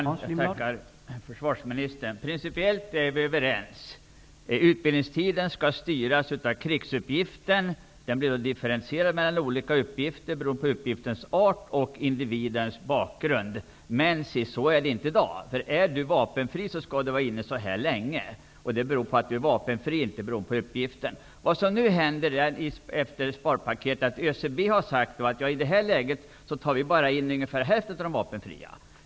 Herr talman! Jag tackar försvarsministern för svaret. Principiellt är vi överens. Utbildningstiden skall styras av krigsuppgiften. Utbildningstiden blir då differentierad beroende på uppgiftens art och individens bakgrund. Men så är det inte i dag. Om man är vapenfri skall man ha en viss utbildningstid. Den beror på att man är vapenfri och inte på uppgiften. Efter sparpaketet har ÖCB sagt att man i detta läge bara tar in ungefär hälften av de vapenfria.